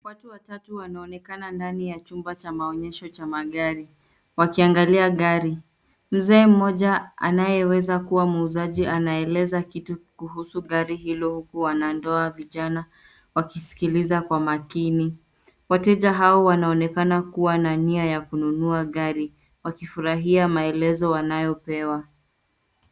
Watu watatu wanaonekana ndani ya chumba cha maonyesho cha magari wakiangalia gari. Mzee mmoja anayeweza kuwa muuzaji anaeleza kitu kuhusu gari hilo huku wanandoa vijana wakisikiliza kwa makini. Wateja hao wanaonekana kuwa na nia ya kununua gari .Wakifurahia maelezo wanayopewa.